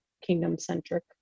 kingdom-centric